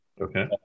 Okay